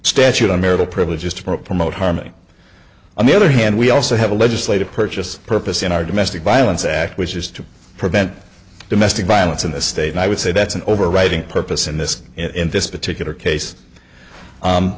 statute a marital privilege just for a promoter harming on the other hand we also have a legislative purchase purpose in our domestic violence act which is to prevent domestic violence in the state and i would say that's an overriding purpose in this in this particular case